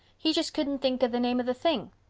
he just couldn't think of the name of the thing.